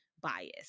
bias